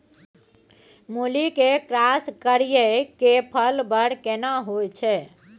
मूली के क्रॉस करिये के फल बर केना होय छै?